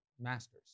Masters